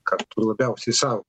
kartu labiausiai sau